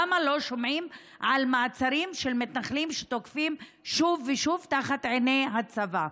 למה לא שומעים על מעצרים של מתנחלים שתוקפים שוב ושוב תחת עיני הצבא?